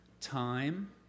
time